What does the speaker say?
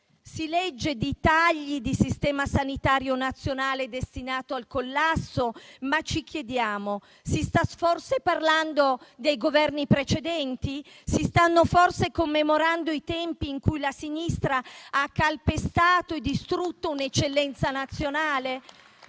Si legge di tagli, di sistema sanitario nazionale destinato al collasso, ma ci chiediamo: si sta forse parlando dei Governi precedenti? Si stanno forse commemorando i tempi in cui la Sinistra ha calpestato e distrutto un'eccellenza nazionale?